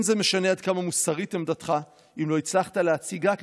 לא משנה עד כמה מוסרית עמדתך אם לא הצלחת להציגה ככזאת.